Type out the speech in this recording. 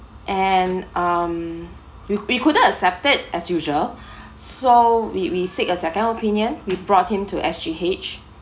and um we we couldn't accepted as usual saw we we seek a second opinion we brought him to S_G_H